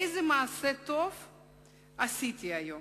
איזה מעשה טוב עשיתי היום?